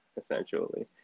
essentially